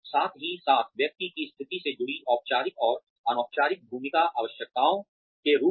साथ ही साथ व्यक्ति की स्थिति से जुड़ी औपचारिक और अनौपचारिक भूमिका आवश्यकताओं के रूप में